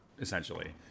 essentially